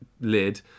lid